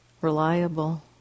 reliable